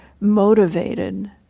motivated